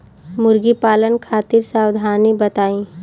मुर्गी पालन खातिर सावधानी बताई?